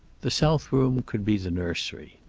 the south room could be the nursery.